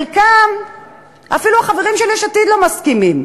לחלקם אפילו החברים של יש עתיד לא מסכימים,